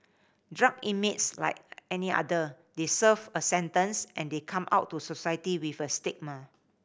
drug inmates like any other they serve a sentence and they come out to society with a stigma